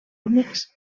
únics